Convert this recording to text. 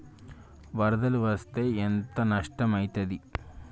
వరదలు వస్తే ఎంత నష్టం ఐతది?